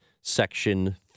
Section